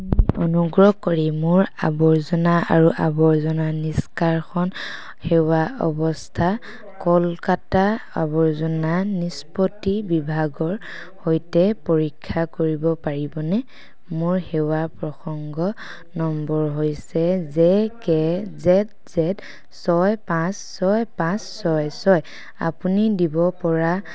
আপুনি অনুগ্ৰহ কৰি মোৰ আৱৰ্জনা আৰু আৱৰ্জনা নিষ্কাশন সেৱাৰ অৱস্থা কলকাতা আৱৰ্জনা নিষ্পত্তি বিভাগৰ সৈতে পৰীক্ষা কৰিব পাৰিবনে মোৰ সেৱাৰ প্ৰসংগ নম্বৰ হৈছে জে কে জেদ জেদ ছয় পাঁচ ছয় পাঁচ ছয় ছয় আপুনি দিব পৰা